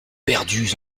perdus